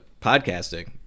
podcasting